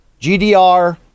gdr